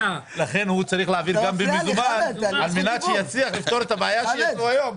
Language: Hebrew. לכן הוא צריך להעביר גם במזומן כדי שיצליח לפתור את הבעיה שיש לנו היום.